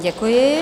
Děkuji.